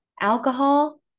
alcohol